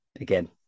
again